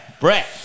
Brett